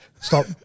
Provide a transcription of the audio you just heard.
Stop